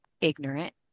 ignorant